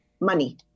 money